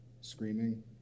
screaming